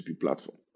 platform